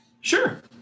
Sure